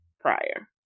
prior